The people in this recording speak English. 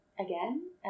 Again